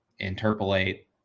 interpolate